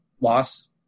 loss